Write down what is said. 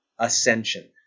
ascension